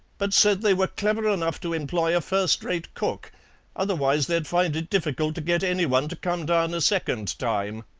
but said they were clever enough to employ a first-rate cook otherwise they'd find it difficult to get anyone to come down a second time.